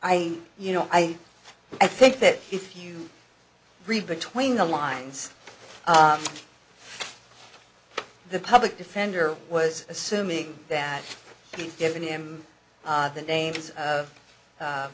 mean you know i i think that if you read between the lines the public defender was assuming that he'd given him the names of